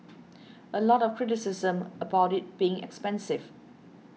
a lot of criticism about it being expensive